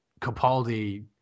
Capaldi